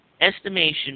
estimation